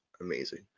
Amazing